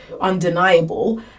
undeniable